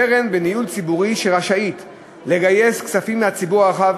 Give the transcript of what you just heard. קרן בניהול ציבורי שרשאית לגייס כספים מהציבור הרחב,